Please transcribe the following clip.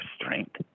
strength